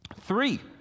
Three